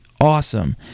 awesome